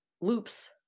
loops